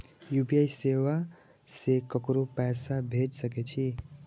UPI सेवा से ककरो पैसा भेज सके छी?